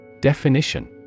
Definition